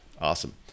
awesome